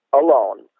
alone